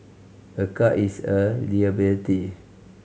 a car is a liability